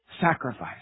sacrifice